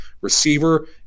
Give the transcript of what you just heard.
receiver